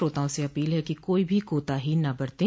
श्रोताओं से अपील है कि कोई भी कोताही न बरतें